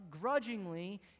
grudgingly